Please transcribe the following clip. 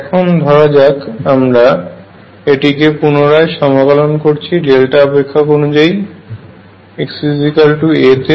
এখন ধরা যাক আমরা এটিকে পূনরায় সমাকলন করছি ডেল্টা অপেক্ষক অনুযায়ী xa তে